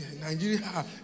Nigeria